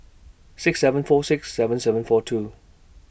six seven four six seven seven four two